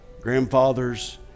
Grandfathers